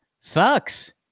sucks